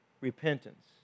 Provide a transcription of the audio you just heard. repentance